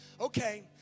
Okay